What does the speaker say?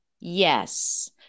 yes